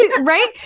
Right